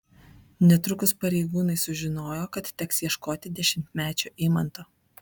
netrukus pareigūnai sužinojo kad teks ieškoti dešimtmečio eimanto